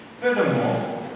Furthermore